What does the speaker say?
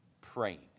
praying